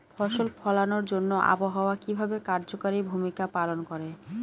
ফসল ফলানোর জন্য আবহাওয়া কিভাবে কার্যকরী ভূমিকা পালন করে?